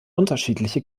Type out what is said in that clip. unterschiedliche